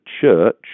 church